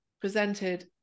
presented